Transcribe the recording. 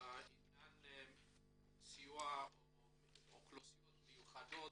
לעניין הסיוע לאוכלוסיות מיוחדות.